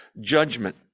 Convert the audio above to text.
judgment